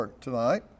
tonight